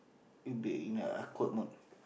it will be in a awkward mode